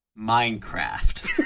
Minecraft